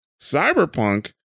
Cyberpunk